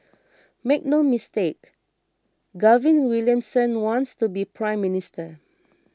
make no mistake Gavin Williamson wants to be Prime Minister